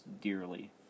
dearly